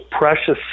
precious